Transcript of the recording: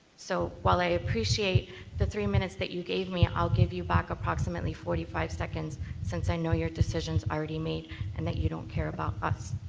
so while i appreciate the three minutes that you gave me, i will ah give you back approximately forty five seconds since i know your decision is already made and that you don't care about us.